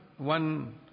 one